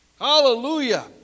Hallelujah